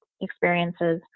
experiences